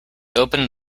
opened